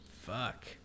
Fuck